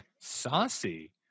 saucy